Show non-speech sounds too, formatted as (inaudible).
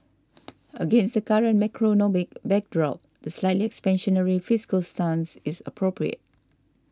(noise) against the current macroeconomic backdrop the slightly expansionary fiscal stance is appropriate